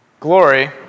Glory